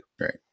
right